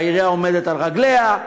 והעירייה עומדת על רגליה,